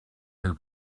who